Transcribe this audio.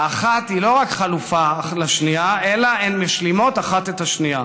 והאחת היא לא רק חלופה לשנייה אלא הן משלימות אחת את השנייה.